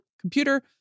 computer